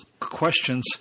questions